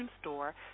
store